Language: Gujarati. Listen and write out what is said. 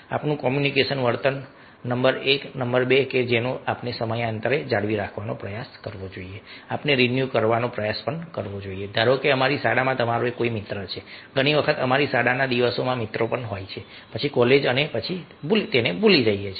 આપણું કોમ્યુનિકેશન વર્તન નંબર એક નંબર બે કે જેને આપણે સમયાંતરે જાળવી રાખવાનો પ્રયાસ કરવો જોઈએ આપણે રીન્યુ કરવાનો પ્રયાસ કરવો જોઈએ ધારો કે અમારી શાળામાં તમારો કોઈ મિત્ર છે ઘણી વખત અમારી શાળાના દિવસોમાં મિત્રો હોય છે પછી કૉલેજ અને આપણે ભૂલી જઈએ છીએ